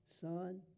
Son